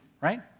Right